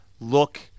look